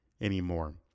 anymore